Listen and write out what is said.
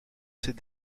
ces